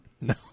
no